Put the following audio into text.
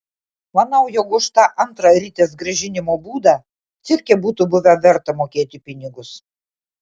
manau jog už tą antrą ritės grąžinimo būdą cirke būtų buvę verta mokėti pinigus